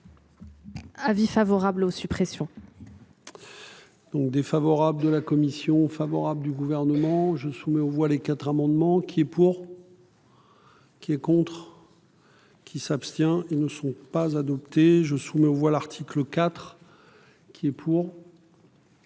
Avis favorable aux suppressions.